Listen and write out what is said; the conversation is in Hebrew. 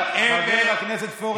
חבר הכנסת פורר, חבר הכנסת פורר.